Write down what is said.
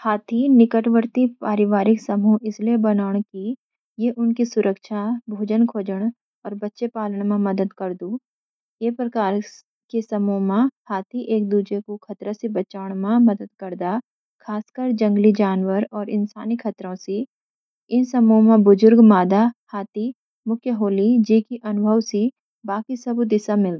हाथी निकटवर्ती पारिवारिक समूह इसलिए बनांण कि ये उनकी सुरक्षा, भोजन खोजण, और बच्ये पालण में मदद करदु। इस प्रकार के समूह मँ, हाथी एक-दूजे कू खतरों से बचाण मँ मदद करदा, खासकर जंगली जानवर और इंसानी खतरों सी। इन समूहों मँ बुजुर्ग मादा हाथी (मैट्रिआर्क) मुख्या होलि, जिकि अनुभव से बाकी सबकू दिशा मिलदी।